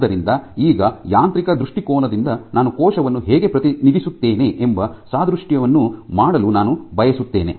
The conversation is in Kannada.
ಆದ್ದರಿಂದ ಈಗ ಯಾಂತ್ರಿಕ ದೃಷ್ಟಿಕೋನದಿಂದ ನಾನು ಕೋಶವನ್ನು ಹೇಗೆ ಪ್ರತಿನಿಧಿಸುತ್ತೇನೆ ಎಂಬ ಸಾದೃಶ್ಯವನ್ನು ಮಾಡಲು ನಾನು ಬಯಸುತ್ತೇನೆ